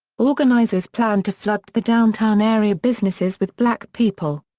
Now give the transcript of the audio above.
organizers planned to flood the downtown area businesses with black people.